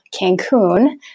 Cancun